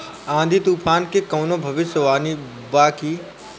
आँधी तूफान के कवनों भविष्य वानी बा की?